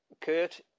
Kurt